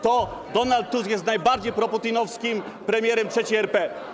To Donald Tusk jest najbardziej proputinowskim premierem III RP.